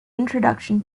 introduction